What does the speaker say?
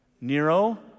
Nero